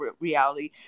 reality